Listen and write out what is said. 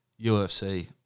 UFC